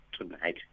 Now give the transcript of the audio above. tonight